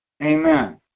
amen